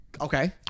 Okay